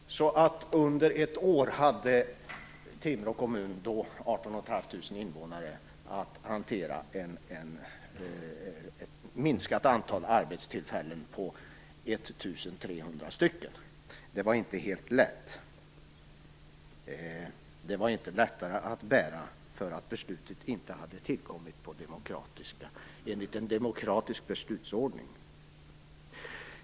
Under ett år hade Timrå kommun, som då hade runt 18 500 invånare, att hantera att antalet arbetstillfällen minskade med 1 300. Det var inte helt lätt. Det var inte lättare att bära för att beslutet inte hade tillkommit enligt en demokratisk beslutsordning.